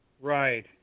Right